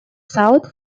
south